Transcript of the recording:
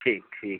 ठीक ठीक